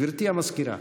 גברתי המזכירה.